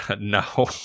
no